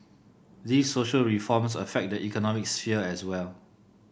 these social reforms affect the economic sphere as well